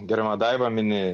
gerbiama daiva mini